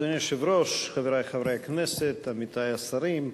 אדוני היושב-ראש, חברי חברי הכנסת, עמיתי השרים,